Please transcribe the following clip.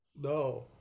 No